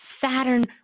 Saturn